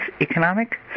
economic